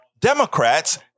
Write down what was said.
Democrats